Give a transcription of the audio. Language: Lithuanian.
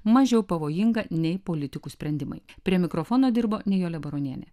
mažiau pavojinga nei politikų sprendimai prie mikrofono dirbo nijolė baronienė